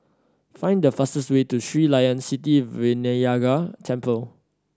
find the fastest way to Sri Layan Sithi Vinayagar Temple